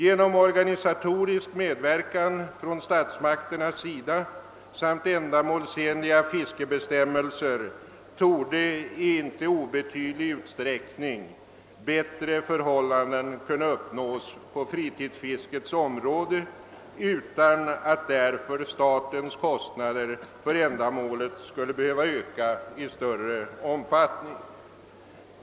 Genom organisatorisk medverkan från statsmakterna samt ändamålsenliga fiskebestämmelser torde i inte obetydlig utsträckning bättre förhållanden kunna uppnås på fritidsfiskets område utan att därför statens kostnader för ändamålet skulle behöva öka i större omfattning.